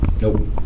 Nope